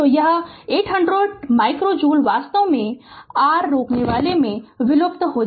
तो यह 800 micro joule वास्तव में r रोकनेवाला में विलुप्त हो गया